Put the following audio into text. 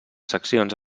seccions